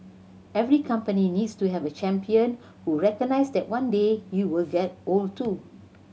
every company needs to have a champion who recognises that one day he will get old too